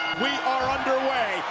we are underway.